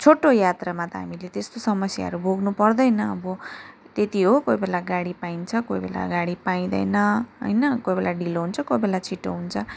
छोटो यात्रामा त हामीले त्यस्तो समस्याहरू भोग्नु पर्दैन अब त्यति हो कोही बेला गाडी पाइन्छ कोही बेला गाडी पाइँदैन होइन कोही बेला ढिलो हुन्छ कोही बेला छिटो हुन्छ